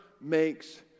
makes